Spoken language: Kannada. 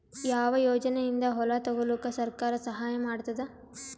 ಯಾವ ಯೋಜನೆಯಿಂದ ಹೊಲ ತೊಗೊಲುಕ ಸರ್ಕಾರ ಸಹಾಯ ಮಾಡತಾದ?